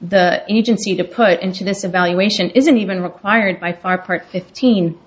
the agency to put into this evaluation isn't even required by far part fifteen